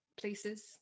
places